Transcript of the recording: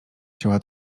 chciała